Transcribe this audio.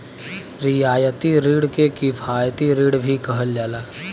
रियायती रिण के किफायती रिण भी कहल जाला